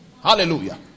Hallelujah